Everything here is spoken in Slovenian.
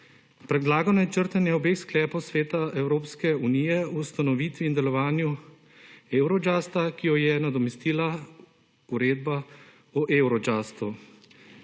Predlagano je črtanje obeh sklepov Sveta Evropske unije o ustanovitvi in delovanju eurojusta, ki jo je nadomestila uredba o eurojustu.